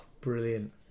brilliant